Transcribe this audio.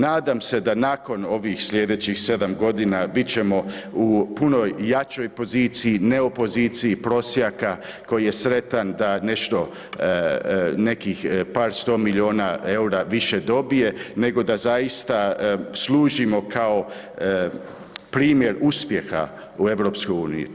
Nadam se da nakon ovih sljedećih sedam godina bit ćemo u puno jačoj poziciji, ne opoziciji prosjaka koji je sretan da nekih par sto milijuna eura više dobije nego da zaista služimo kao primjer uspjeha u EU.